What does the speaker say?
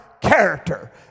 character